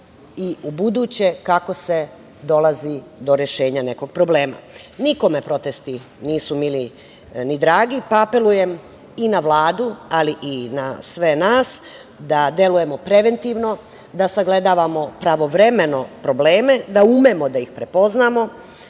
i ubuduće kako se dolazi do rešenja nekog problema. Nikome protesti nisu mili, ni dragi, pa apelujem i na Vladu, ali i na sve nas, da delujemo preventivno, da sagledavamo pravovremeno probleme, da umemo da ih prepoznamo,